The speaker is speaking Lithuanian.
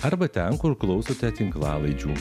arba ten kur klausote tinklalaidžių